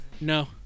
no